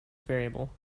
variable